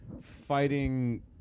fighting